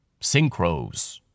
synchros